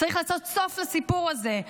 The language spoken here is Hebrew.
וצריך לעשות סוף לסיפור הזה,